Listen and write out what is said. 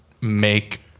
make